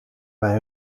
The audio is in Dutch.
bij